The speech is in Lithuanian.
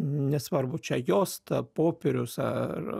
nesvarbu čia juosta popierius ar